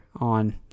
on